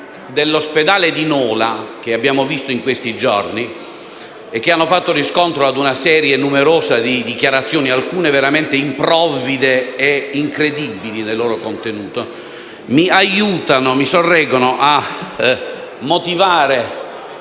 dell'ospedale di Nola che abbiamo visto in questi giorni e che hanno fatto riscontro ad una serie numerosa di dichiarazioni, alcune veramente improvvide e incredibili nel loro contenuto, mi aiutano e mi sorreggono nel motivare